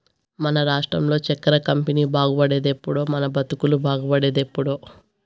రాష్ట్రంలో చక్కెర కంపెనీ బాగుపడేదెప్పుడో మన బతుకులు బాగుండేదెప్పుడో